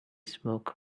smoke